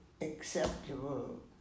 acceptable